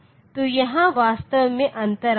तो यहाँ वास्तव में अंतर आता है